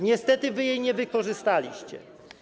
Niestety wy jej nie wykorzystaliście.